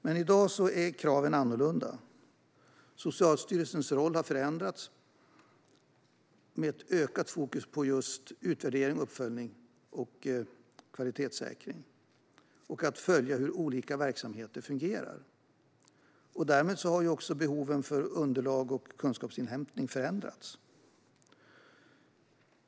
Men i dag är kraven annorlunda. Socialstyrelsens roll har förändrats med ett ökat fokus på just utvärdering, uppföljning och kvalitetssäkring och på att följa hur olika verksamheter fungerar. Därmed har behoven av underlag och kunskapsinhämtning förändrats.